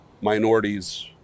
minorities